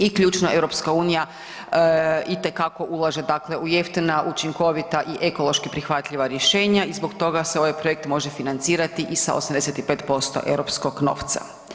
I ključno, EU itekako ulaže dakle u jeftina, učinkovita i ekološki prihvatljiva rješenja i zbog toga se ovaj projekt može financirati i sa 85% europskog novca.